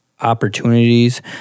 opportunities